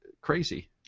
crazy